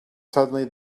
suddenly